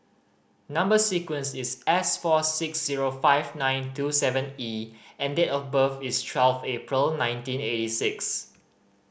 number sequence is S four six zero five nine two seven E and date of birth is twelve April nineteen eighty six